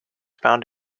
found